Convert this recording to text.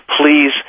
Please